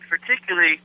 particularly